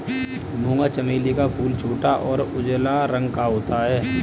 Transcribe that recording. मूंगा चमेली का फूल छोटा और उजला रंग का होता है